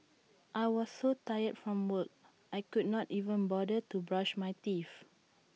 I was so tired from work I could not even bother to brush my teeth